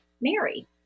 Mary